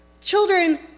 children